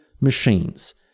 machines